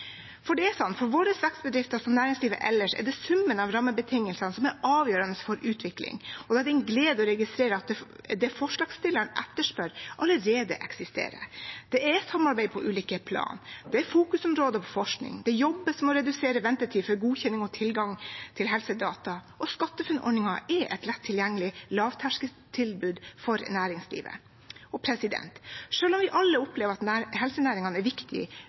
For våre vekstbedrifter, som for næringslivet ellers, er det summen av rammebetingelsene som er avgjørende for utvikling. Da er det en glede å registrere at det forslagsstillerne etterspør, allerede eksisterer. Det er samarbeid på ulike plan, det er fokusområder på forskning, det jobbes med å redusere ventetid for godkjenning og tilgang til helsedata, og SkatteFUNN-ordningen er et lett tilgjengelig lavterskeltilbud for næringslivet. Selv om vi alle opplever at helsenæringen er viktig,